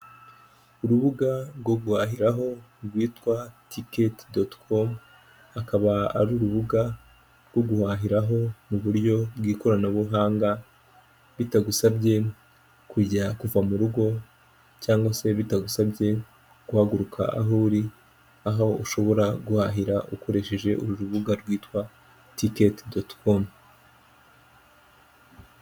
Urubuga rwo guhahiraho rwitwa ticket.com, akaba ari urubuga rwo guhahiraho mu buryo bw'ikoranabuhanga, bitagusabye kuva mu rugo, cyangwa se bitagusabye guhaguruka aho uri, aho ushobora guhahira ukoresheje uru rubuga rwitwa ticket.com